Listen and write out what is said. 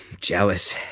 Jealous